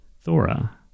Thora